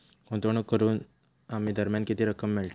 गुंतवणूक करून काही दरम्यान किती रक्कम मिळता?